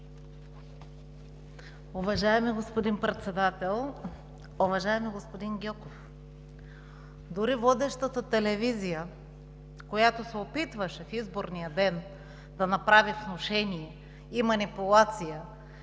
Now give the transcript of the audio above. Уважаеми господин Председател! Уважаеми господин Гьоков! Дори водещата телевизия, която се опитваше в изборния ден да направи внушения и манипулации,